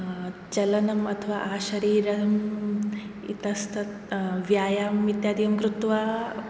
चलनम् अथवा आशरीरम् इतस्ततः व्यायामः इत्यादिकं कृत्वा